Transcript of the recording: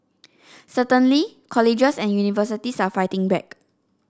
certainly colleges and universities are fighting back